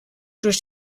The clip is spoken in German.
durch